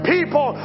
People